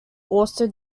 also